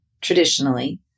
Traditionally